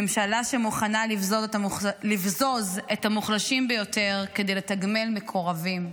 ממשלה שמוכנה לבזוז את המוחלשים ביותר כדי לתגמל מקורבים.